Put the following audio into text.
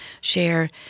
share